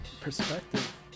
Perspective